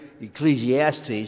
Ecclesiastes